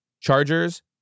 Chargers